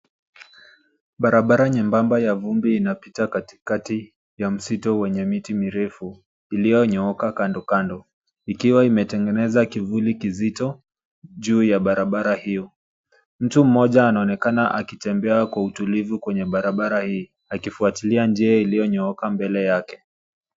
Barabara nyembamba ya vumbi inapita katikati ya msitu wenye miti mirefu iliyonyooka kando kando, ikiwa imetengeneza kivuli kizito juu ya barabara hio. Mtu mmoja anaonekana akitembea kwa utulivu kwenye barabara hii, akifuatilia njia iliyonyooka mbele yake.